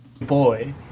Boy